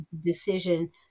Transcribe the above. decision